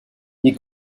die